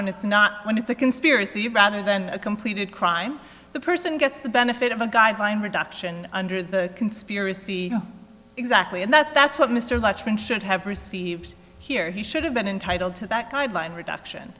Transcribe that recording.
when it's not when it's a conspiracy rather than a completed crime the person gets the benefit of a guideline reduction under the conspiracy exactly and that that's what mr watchman should have received here he should have been entitle to that guideline reduction